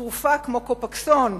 תרופה כמו "קופקסון",